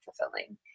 fulfilling